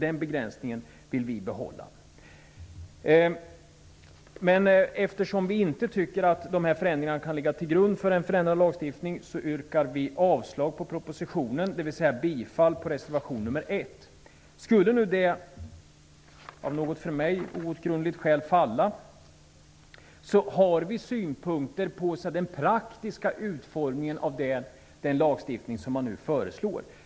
Eftersom vi inte tycker att de föreslagna förändringarna kan ligga till grund för en förändrad lagstiftning, yrkar vi avslag på propositionen, dvs. bifall till reservation nr 1. Skulle detta yrkande av något för mig outgrundligt skäl falla, har vi synpunkter på den praktiska utformningen av den lagstiftning som nu föreslås.